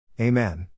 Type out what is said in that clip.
Amen